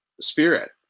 spirit